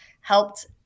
helped